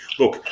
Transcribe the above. look